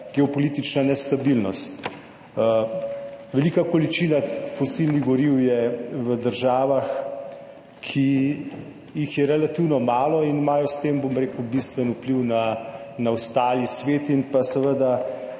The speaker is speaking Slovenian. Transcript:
geopolitična nestabilnost. Velika količina fosilnih goriv je v državah, ki jih je relativno malo in imajo s tem bistven vpliv na ostali svet in spravljajo